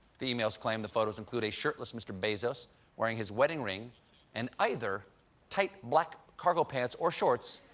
the emails claim the photos include a shirtless mr. bezos wearing his wedding ring and either tight black cargo pants or shorts,